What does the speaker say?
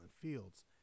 Fields